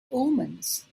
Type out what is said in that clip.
omens